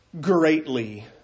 greatly